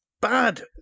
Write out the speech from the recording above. bad